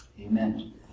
Amen